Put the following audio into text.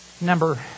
Number